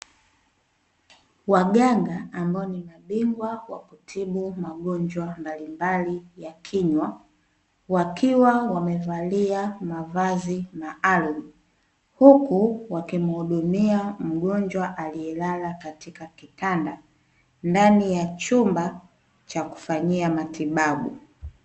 Waganga ambao ni mabingwa kwa kutibu magonjwa mbalimbali ya kinywa, wakiwa wamevalia mavazi maalumu huku wakimuhudumia mgonjwa, aliyelala katika kitanda ndani ya chumba cha kufanyia matibabu.